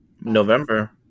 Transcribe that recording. November